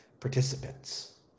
participants